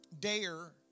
dare